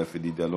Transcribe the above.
לאה פדידה,